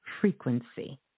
frequency